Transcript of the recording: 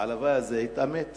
וההלוואי הזה התאמת.